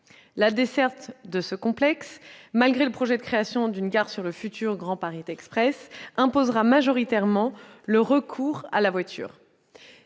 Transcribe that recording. La desserte de ce complexe, malgré le projet de création d'une gare du futur Grand Paris Express, requerra de façon majoritaire le recours à la voiture.